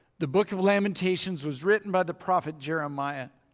the book of lamentations was written by the prophet jeremiah.